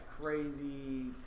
crazy